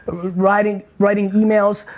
writing writing emails,